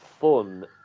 fun